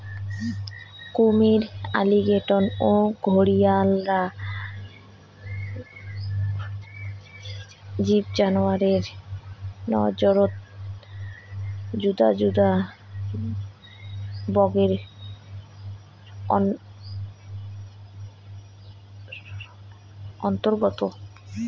কুমীর, অ্যালিগেটর ও ঘরিয়ালরা জীববিজ্ঞানের নজরত যুদা যুদা বর্গের অন্তর্গত